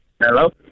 Hello